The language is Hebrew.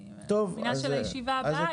אני מאמינה שלישיבה הבאה תהיה לנו תשובה.